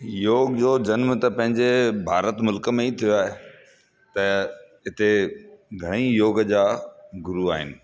योग जो जनम त पंहिंजे भारत मुल्क में ई थियो आहे त हिते घणेई योग जा गुरू आहिनि